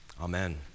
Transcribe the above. Amen